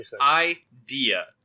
idea